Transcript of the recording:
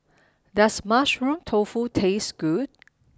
does mushroom tofu taste good